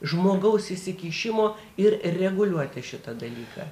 žmogaus įsikišimo ir reguliuoti šitą dalyką